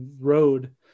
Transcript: road